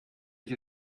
ich